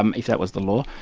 um if that was the law,